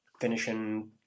finishing